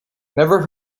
never